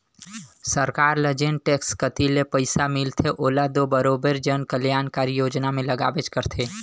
सरकार ल जेन टेक्स कती ले पइसा मिलथे ओला दो बरोबेर जन कलयानकारी योजना में लगाबेच करथे